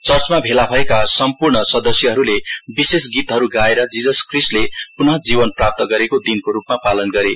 चर्चमा भेला भएका सम्पूर्ण सदस्यहरूले विशेष गितहरू गाएर जिजस क्रिष्टले पुनः जीवन प्राप्त गरेको दिनको रूपमा पालन गरे